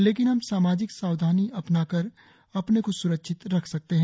लेकिन हम सामाजिक सावधानी अपना कर अपने को सुरक्षित रख सकते हैं